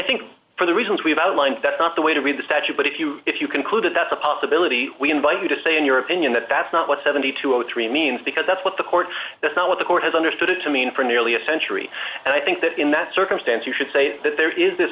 think for the reasons we've outlined that's not the way to read the statute but if you if you concluded that's a possibility we invite you to say in your opinion that that's not what seventy two or three means because that's what the court that's not what the court has understood it to mean for nearly a century and i think that in that circumstance you could say that there is th